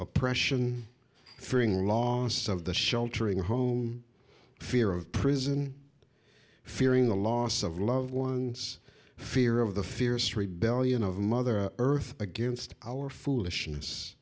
oppression fearing loss of the sheltering home fear of prison fearing the loss of loved ones fear of the fierce rebellion of mother earth against our foolishness